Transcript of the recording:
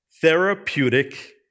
therapeutic